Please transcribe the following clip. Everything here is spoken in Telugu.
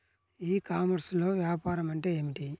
ఈ కామర్స్లో వ్యాపారం అంటే ఏమిటి?